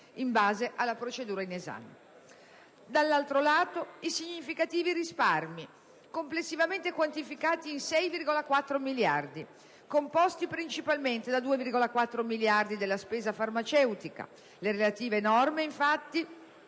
in base alla procedura in esame. Dall'altro lato vi sono i significativi risparmi, complessivamente quantificati in 6,4 miliardi e composti principalmente dai 2,4 miliardi della spesa farmaceutica. Le relative norme, infatti,